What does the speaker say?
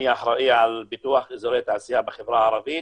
אני אחראי על פיתוח אזורי תעשייה בחברה הערבית.